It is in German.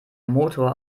motor